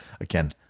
Again